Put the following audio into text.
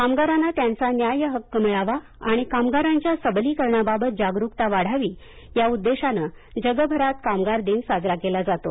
कामगारांना त्यांचा न्याय्य हक्क मिळावा आणि कामगारांच्या सबलीकरणाबाबत जागरूकता वाढावी या उद्देशानं जगभरात कामगार दिन साजरा केला जातो